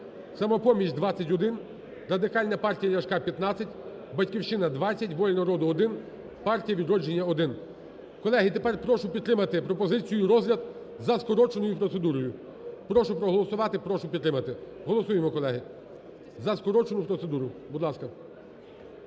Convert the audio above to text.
"Самопоміч" – 21, Радикальна партія Ляшка – 15, "Батьківщина" – 20, "Воля народу" – 1, "Партія "Відродження"– 1. Колеги, тепер прошу підтримати пропозицію розгляд за скороченою процедурою. Прошу проголосувати, прошу підтримати. Голосуємо, колеги, за скорочену процедуру, будь ласка.